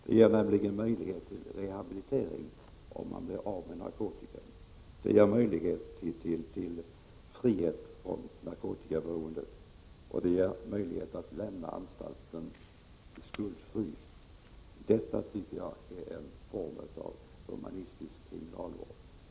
Det ger nämligen möjlighet till rehabilitering om man blir av med narkotikan. Det ger möjlighet till frihet från narkotikaberoende, och det ger möjlighet att lämna anstalten i stor frid. Detta tycker jag är en form av humanitär kriminalvård.